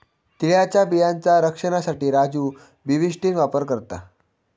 तिळाच्या बियांचा रक्षनासाठी राजू बाविस्टीन वापर करता